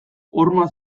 horma